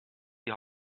die